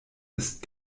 ist